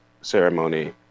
ceremony